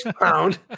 pound